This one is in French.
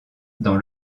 dans